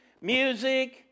music